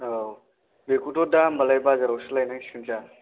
औ बेखौथ' दा होनबालाय बाजारावसो लायनांसिगोन सार